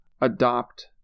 adopt